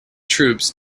troops